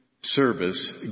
service